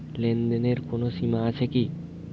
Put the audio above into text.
লেনদেনের কোনো সীমা আছে কি?